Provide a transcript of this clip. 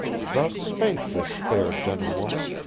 thus spake this fair gentlewoman,